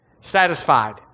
Satisfied